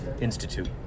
Institute